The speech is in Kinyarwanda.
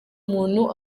umuntu